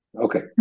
Okay